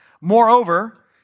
Moreover